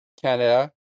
Canada